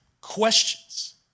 questions